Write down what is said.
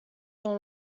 dans